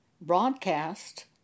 broadcast